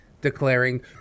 declaring